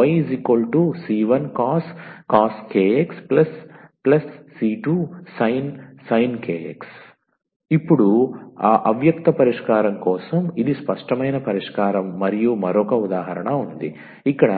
yc1cos kx c2sin kx ఇప్పుడు అవ్యక్త పరిష్కారం కోసం ఇది స్పష్టమైన పరిష్కారం మరియు మరొక ఉదాహరణ ఉంది ఇక్కడ